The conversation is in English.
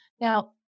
Now